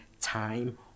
time